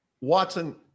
Watson